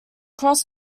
cross